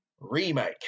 remake